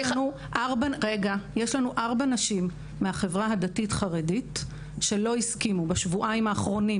יש ארבע נשים מהחברה הדתית חרדית שלא הסכימו בשבועיים האחרונים